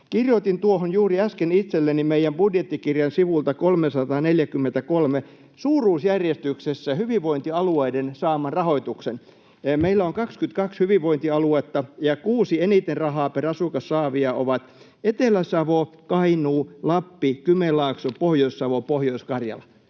Kirjoitin tuohon juuri äsken itselleni meidän budjettikirjan sivulta 343 suuruusjärjestyksessä hyvinvointialueiden saaman rahoituksen. Meillä on 22 hyvinvointialuetta, ja kuusi eniten rahaa per asukas saavia ovat Etelä-Savo, Kainuu, Lappi, Kymenlaakso, Pohjois-Savo, Pohjois-Karjala.